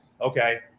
Okay